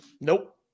Nope